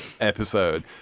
Episode